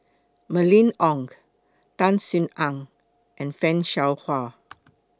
Mylene Ong Tan Sin Aun and fan Shao Hua